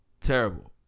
Terrible